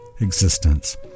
existence